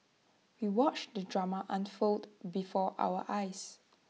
we watched the drama unfold before our eyes